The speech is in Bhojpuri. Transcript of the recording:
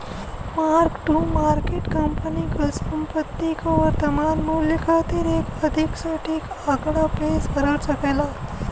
मार्क टू मार्केट कंपनी क संपत्ति क वर्तमान मूल्य खातिर एक अधिक सटीक आंकड़ा पेश कर सकला